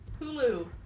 Hulu